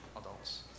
adults